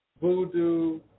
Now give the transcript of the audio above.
voodoo